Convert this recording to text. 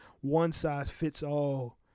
one-size-fits-all